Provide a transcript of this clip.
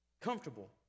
comfortable